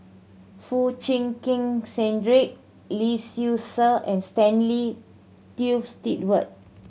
Foo Chee Keng Cedric Lee Seow Ser and Stanley Toft Stewart